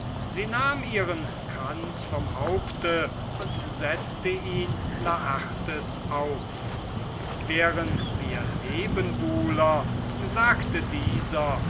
sie nahm ihren kranz vom haupte und setzte ihn laertes auf wären wir nebenbuhler sagte dieser